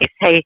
hey